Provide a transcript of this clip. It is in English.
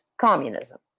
communism